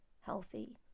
healthy